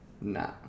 nah